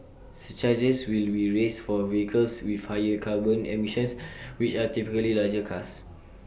surcharges will be raised for vehicles with higher carbon emissions which are typically larger cars